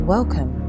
Welcome